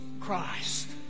Christ